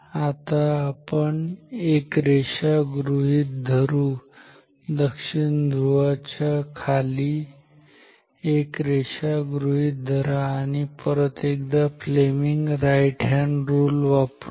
आता आपण एक रेषा गृहीत धरू दक्षिण ध्रुवाच्या खाली एक रेषा गृहीत धरा आणि परत एकदा फ्लेमिंग राईट हॅन्ड रुल वापरूया